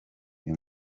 uyu